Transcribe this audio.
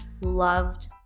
loved